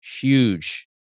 huge